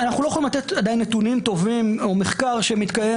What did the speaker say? לא יכולים לתת עדיין נתונים טובים או מחקר שמתקיים